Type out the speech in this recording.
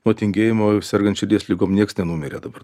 nuo tingėjimo sergant širdies ligom nieks nenumirė dabar